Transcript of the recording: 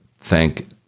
thank